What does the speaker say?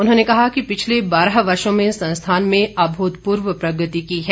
उन्होंने कहा कि पिछले बाहर वर्षो में संस्थान में अभूतपूर्व प्रगति की है